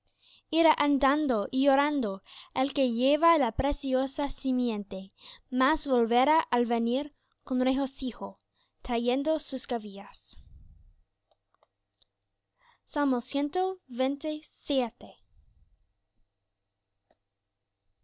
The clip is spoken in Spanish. irá andando y llorando el que lleva la preciosa simiente mas volverá á venir con regocijo trayendo sus